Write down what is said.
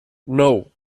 nou